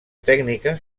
tècniques